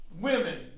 women